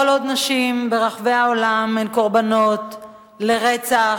כל עוד נשים ברחבי העולם הן קורבנות לרצח,